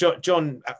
John